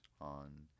on